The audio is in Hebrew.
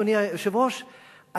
אדוני היושב-ראש,